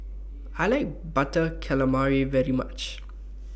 I like Butter Calamari very much